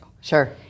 Sure